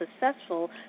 successful